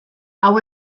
hau